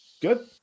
Good